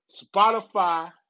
Spotify